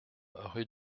rue